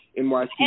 NYC